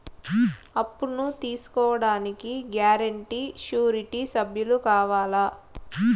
అప్పును తీసుకోడానికి guarantee, surety సభ్యులు కావాలా?